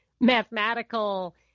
mathematical